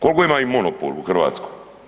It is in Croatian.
Koliko imaju monopol u Hrvatskoj?